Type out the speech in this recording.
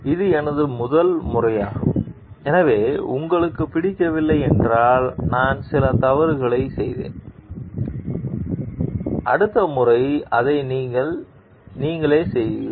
இது எனது முதல் முறையாகும் எனவே உங்களுக்கு பிடிக்கவில்லை என்றால் நான் சில தவறுகளைச் செய்தேன் அடுத்த முறை அதை நீங்களே செய்யுங்கள்